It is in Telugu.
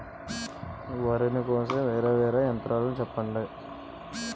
వరి ని కోసే వేరా వేరా యంత్రాలు చెప్పండి?